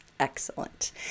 Excellent